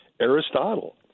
Aristotle